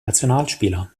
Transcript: nationalspieler